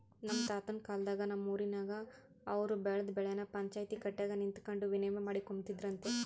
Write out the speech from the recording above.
ನಮ್ ತಾತುನ್ ಕಾಲದಾಗ ನಮ್ ಊರಿನಾಗ ಅವ್ರು ಬೆಳ್ದ್ ಬೆಳೆನ ಪಂಚಾಯ್ತಿ ಕಟ್ಯಾಗ ನಿಂತಕಂಡು ವಿನಿಮಯ ಮಾಡಿಕೊಂಬ್ತಿದ್ರಂತೆ